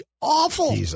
awful